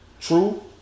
true